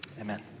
amen